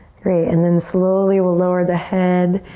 great and then slowly we'll lower the head,